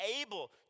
able